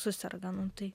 suserga nu tai